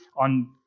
on